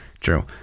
True